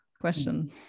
question